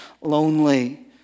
lonely